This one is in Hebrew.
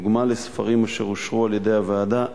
דוגמה לספרים אשר אושרו על-ידי הוועדה,